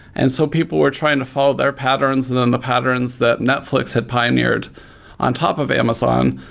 and so people were trying to follow their patterns, and then the patterns that netflix had pioneered on top of amazon.